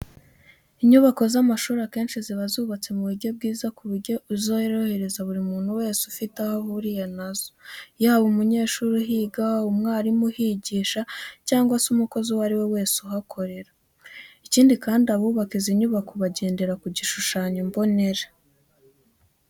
Inyubako z'amashuri akenshi ziba zubatse mu buryo bwiza ku buryo zorohereza buri muntu wese ufite aho ahuriye na zo, yaba umunyeshuri uhiga, umwarimu uhigisha cyangwa se umukozi uwo ari we wese uhakorera. Ikindi kandi abubaka izi nyubako bagendera ku gishushanyo mbonera.